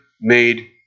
made